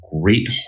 great